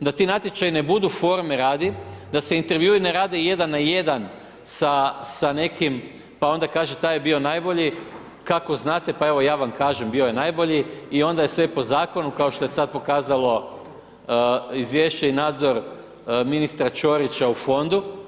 da ti natječaji ne budu forme radi, da se intervjui ne rade jedan na jedan sa nekim pa onda kaže taj je bio najbolji, kako znate, pa evo ja vam kažem bio je najbolji i onda je sve po zakonu kao što je sad pokazalo izvješće i nadzor ministra Ćorića u fondu.